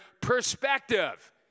perspective